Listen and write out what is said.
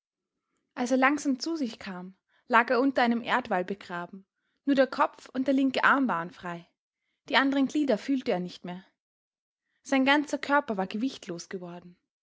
er langsam zu sich kam lag er unter einem erdwall begraben nur der kopf und der linke arm waren frei die anderen glieder fühlte er nicht mehr sein ganzer körper war gewichtlos geworden